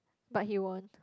but he want